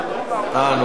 אה, נו, באמת.